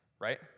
right